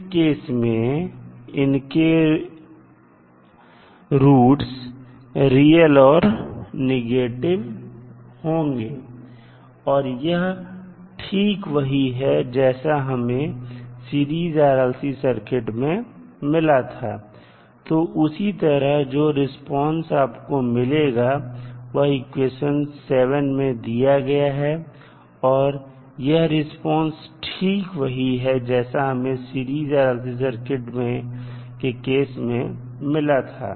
इस केस में इनके रूट्स रियल और नेगेटिव होंगे और यह ठीक वही है जैसा हमें सीरीज RLC सर्किट में मिला था तो उसी तरह जो रिस्पांस आपको मिलेगा वह इक्वेशन 7 में दिया गया है और यह रिस्पांस ठीक वही है जैसा हमें सीरीज RLC सर्किट के केस में मिला था